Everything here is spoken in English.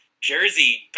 jersey